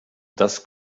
das